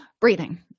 Breathing